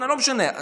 תודה רבה.